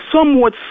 somewhat